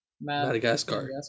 Madagascar